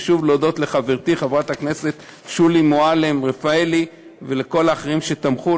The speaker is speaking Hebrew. ושוב להודות לחברתי חברת הכנסת שולי מועלם-רפאלי ולכל האחרים שתמכו.